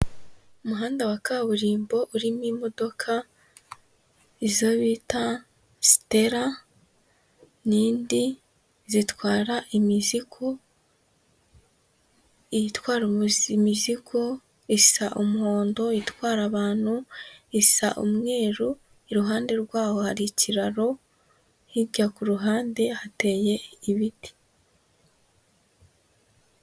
Umuhanda wa kaburimbo urimo imodoka, izo bita Sitera n'indi zitwara imizigo, itwara imizigo isa umuhondo itwara abantu isa umweru, iruhande rwaho hari ikiraro, hijya ku ruhande hateye ibiti.